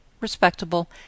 respectable